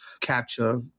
capture